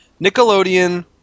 Nickelodeon